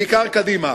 בעיקר קדימה.